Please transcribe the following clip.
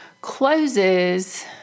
closes